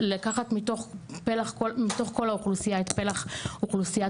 לקחת מתוך כל האוכלוסייה את פלח אוכלוסיית